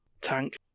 tank